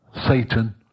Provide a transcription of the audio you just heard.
Satan